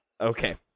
Okay